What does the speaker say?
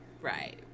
right